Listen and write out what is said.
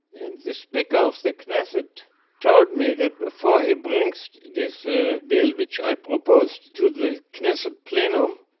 and the speaker of the knesset told me that before he brings this ah bill which i proposed to the knesset plenum,